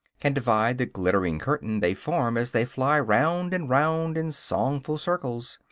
can divide the glittering curtain they form as they fly round and round in songful circles.